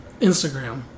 Instagram